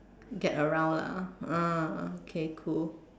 get around lah ah okay cool